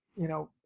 you know,